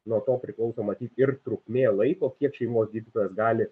nuo to priklauso matyt ir trukmė laiko kiek šeimos gydytojas gali